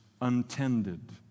untended